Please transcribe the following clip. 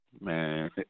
Man